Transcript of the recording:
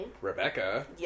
Rebecca